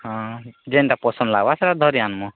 ହଁ ଯେନ୍ତା ପସନ୍ଦ ଲାଗ୍ବା ସେଇଟା ଧରି ଆନମୁ